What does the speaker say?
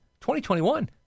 2021